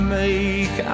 make